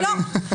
לא.